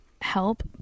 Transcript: help